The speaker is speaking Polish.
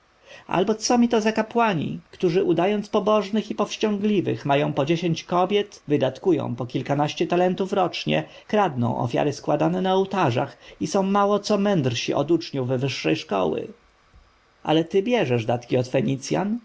co mi to za kapłani którzy udając pobożnych i powściągliwych mają po dziesięć kobiet wydatkują po kilkanaście talentów rocznie kradną ofiary składane na ołtarzach i są mało co mędrsi od uczniów wyższej szkoły ale ty bierzesz datki od